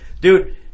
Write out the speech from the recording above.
Dude